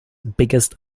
biggest